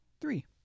three